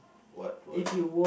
what will the